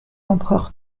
empereur